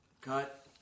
Cut